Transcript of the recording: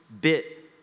bit